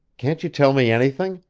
can't you tell me anything?